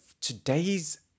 today's